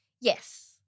Yes